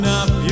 up